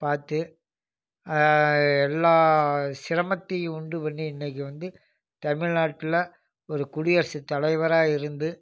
பார்த்து எல்லா சிரமத்தையும் உண்டு பண்ணி இன்றைக்கி வந்து தமிழ்நாட்டில் ஒரு குடியரசு தலைவராக இருந்து